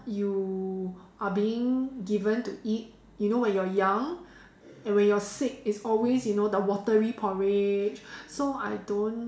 you are being given to eat you know when you're young and when you're sick it's always you know the watery porridge so I don't